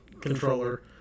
controller